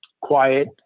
quiet